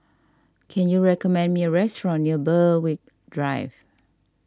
can you recommend me a restaurant near Berwick Drive